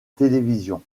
télévision